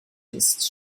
ist